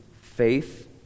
faith